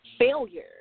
failure